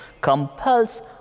compels